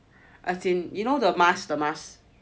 as in you know the mask the mask